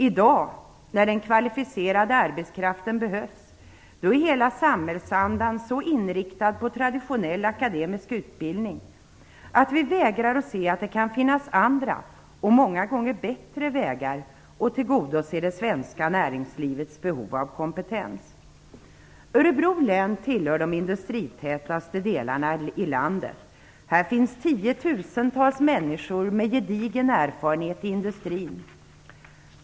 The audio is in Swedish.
I dag, när den kvalificerade arbetskraften behövs, är hela samhällsandan så inriktad på traditionell akademisk utbildning att vi vägrar att se att det kan finnas andra och många gånger bättre vägar att tillgodose det svenska näringslivets behov av kompetens. Örebro län tillhör de industritätaste delarna av landet. Här finns tiotusentals människor med gedigen erfarenhet inom industrin.